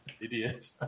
Idiot